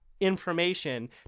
information